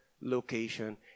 location